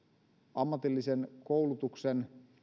ammatillisen koulutuksen